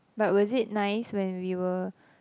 but was it nice when we were